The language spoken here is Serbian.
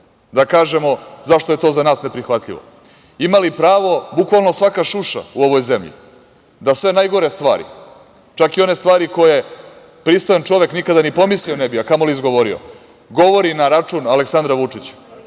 da kažemo zašto je to za nas neprihvatljivo. Ima li pravo bukvalno, svaka šuša u ovoj zemlji da sve najgore stvari, čak i one stvari koje pristojan čovek ni pomislio ne bi, a kamo li izgovorio, govori na račun Aleksandra Vučića,